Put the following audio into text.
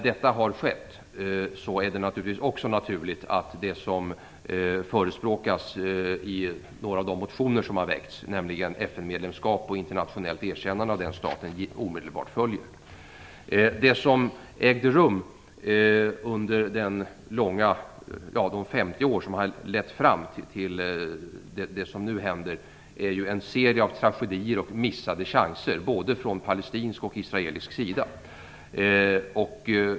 Det är också naturligt att det som förespråkas i några av de motioner som har väckts, nämligen FN-medlemskap och internationellt erkännande av den staten, omedelbart följer. Det som ägde rum under de 50 år som har lett fram till det som nu händer är en serier av tragedier och missade chanser både från palestinsk och israelisk sida.